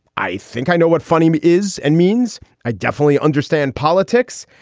i think i know what funny me is and means. i definitely understand politics.